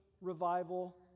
revival